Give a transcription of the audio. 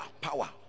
power